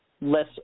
less